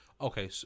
Okay